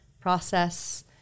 process